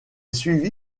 suivi